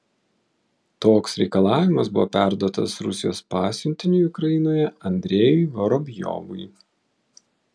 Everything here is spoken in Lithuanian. toks reikalavimas buvo perduotas rusijos pasiuntiniui ukrainoje andrejui vorobjovui